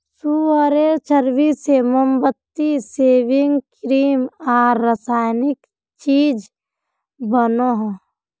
सुअरेर चर्बी से मोमबत्ती, सेविंग क्रीम आर रासायनिक चीज़ बनोह